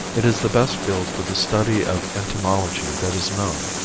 it is the best field for the study of entomology that is known.